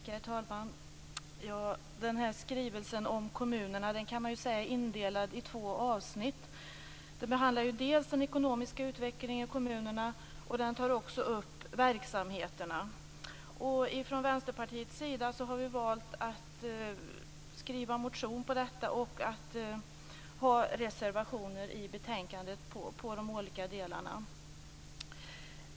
Herr talman! Regeringens skrivelse om kommunerna kan sägas vara indelad i två avsnitt. Den handlar dels om den ekonomiska utvecklingen i kommunerna, dels om verksamheterna. Från Vänsterpartiets sida har vi valt att skriva en motion om detta och har fogat reservationer till betänkandet i de olika delarna.